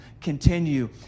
continue